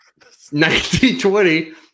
1920